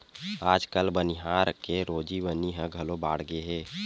आजकाल बनिहार के रोजी बनी ह घलो बाड़गे हे